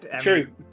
True